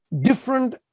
different